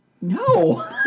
No